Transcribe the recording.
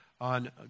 on